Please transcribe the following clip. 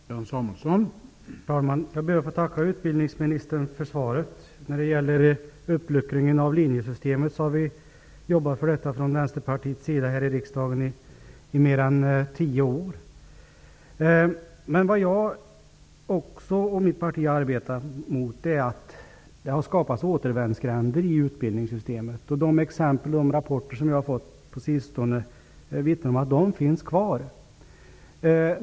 Herr talman! Jag ber att få tacka utbildningsministern för svaret. Uppluckringen av linjesystemet har vi i Vänsterpartiet jobbat för här i riksdagen i mer än tio år. Men det jag och mitt parti har arbetat mot är att det har skapats återvändsgränder i utbildningssystemet. De exempel och de rapporter som jag har fått på sistone vittnar om att de finns kvar.